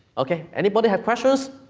ok, anybody have questions?